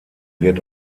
wird